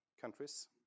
countries